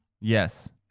Yes